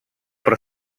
про